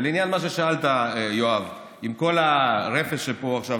ולעניין מה ששאלת, יואב, עם כל הרפש שעכשיו